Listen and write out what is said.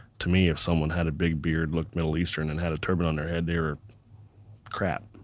to me if someone had a big beard look middle eastern and had a turban on their head, they were crap.